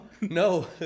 no